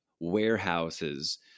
warehouses